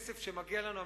על כסף שמגיע לנו.